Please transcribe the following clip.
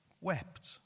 wept